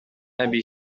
أبي